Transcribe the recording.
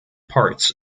parts